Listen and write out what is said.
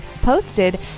posted